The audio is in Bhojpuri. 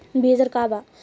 बीज दर का वा?